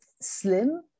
slim